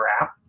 app